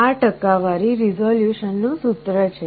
આ ટકાવારી રીઝોલ્યુશનનું સૂત્ર છે